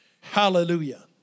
Hallelujah